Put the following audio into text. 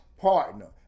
partner